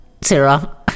Sarah